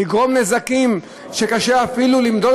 לגרום נזקים שקשה אפילו למדוד,